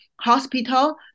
hospital